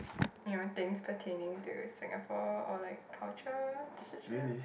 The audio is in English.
you know things pertaining to Singapore or like culture <UNK